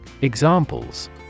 Examples